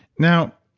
now,